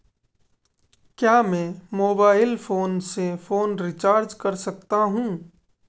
क्या मैं mobile phone से फोन रिचार्ज कर सकता हूं?